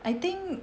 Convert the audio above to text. I think